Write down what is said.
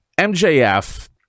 MJF